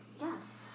Yes